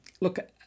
look